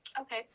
Okay